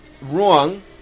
wrong